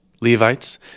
Levites